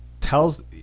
tells